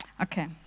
Okay